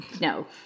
no